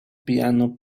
piano